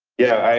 yeah,